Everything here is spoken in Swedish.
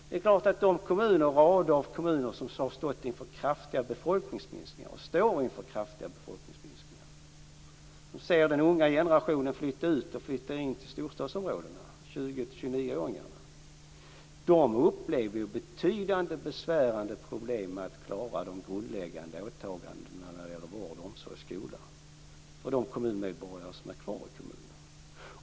Det är klart att de kommuner som har stått och står inför kraftiga befolkningsminskningar, som ser den unga generationen, 20-29-åringarna, flytta till storstadsområdena, upplever betydande besvärande problem med att klara de grundläggande åtagandena när det gäller vård, omsorg och skola för de medborgare som är kvar i kommunen.